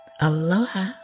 Aloha